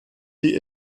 die